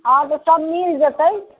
हँ तऽ सभ मिल जेतै